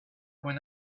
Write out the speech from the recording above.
when